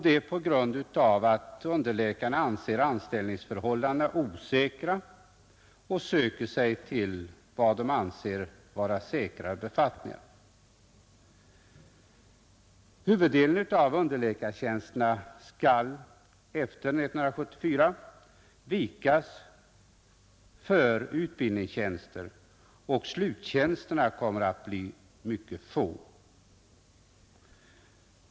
Detta beror på att underläkarna anser anställningsförhållandena där osäkra och därför söker sig till vad de anser vara säkrare befattningar. Huvuddelen av underläkartjänsterna skall nämligen efter 1974 vikas för utbildningstjänster, och sluttjänsterna blir mycket få.